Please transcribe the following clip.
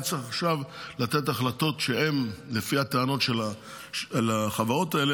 אני צריך עכשיו לתת החלטות שהן הרות גורל לפי הטענות של החברות האלה,